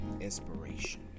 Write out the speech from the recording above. inspiration